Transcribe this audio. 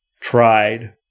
tried